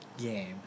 game